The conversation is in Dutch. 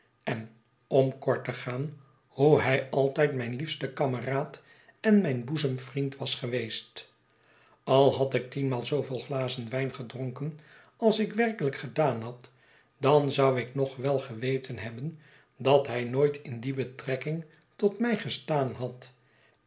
en om kort te gaan hoe hij altijd mijn liefste kameraad en mijn boezemvriend was geweest alhad ik tienmaal zooveel glazen wijn gedronken als ik werkelijk gedaan had dan zou ik nog wel geweten hebben dat hij nooit in die betrekking tot mij gestaan had